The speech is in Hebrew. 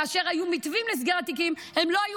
כאשר היו מתווים לסגירת תיקים הם לא היו